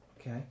Okay